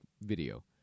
video